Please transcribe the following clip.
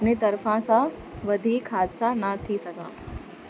अपनी तरफ़ां सां वधीक हादसा न थी सघनि